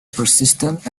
persistent